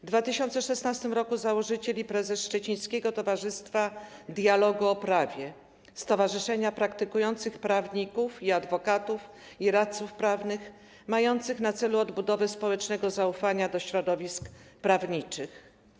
W 2016 r. założyciel i prezes Szczecińskiego Towarzystwa Dialogu o Prawie, stowarzyszenia praktykujących prawników, adwokatów i radców prawnych mających na celu odbudowę społecznego zaufania do środowisk prawniczych.